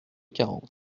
quarante